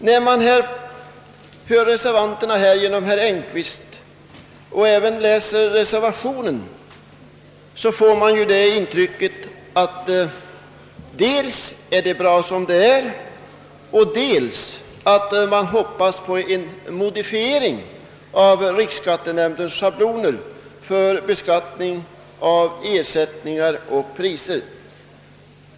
När man lyssnar till reservanternas talesman herr Engkvist och när man läser reservationen får man intrycket att reservanterna dels anser att det är bra som det är, dels hoppas på en modifiering av riksskattenämndens scha bloner för beskattning av ersättningar och priser.